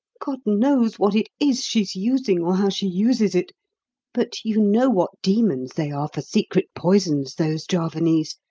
god knows what it is she's using or how she uses it but you know what demons they are for secret poisons, those javanese,